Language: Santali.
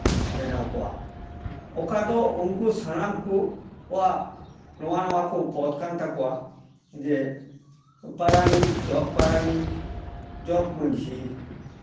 ᱵᱮᱱᱟᱣ ᱠᱚᱣᱟ ᱚᱠᱟ ᱫᱚ ᱩᱱᱠᱩ ᱥᱟᱱᱟᱢ ᱠᱚᱣᱟᱜ ᱱᱚᱣᱟ ᱱᱚᱣᱟ ᱠᱚ ᱯᱚᱫ ᱠᱟᱱ ᱛᱟᱠᱚᱣᱟ ᱡᱮ ᱯᱟᱨᱟᱱᱤᱠ ᱡᱚᱜᱽ ᱯᱟᱨᱟᱱᱤᱠ ᱡᱚᱜᱽ ᱢᱟᱺᱡᱷᱤ